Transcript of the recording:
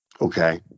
Okay